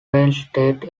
reinstate